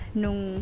nung